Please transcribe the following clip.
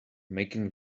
making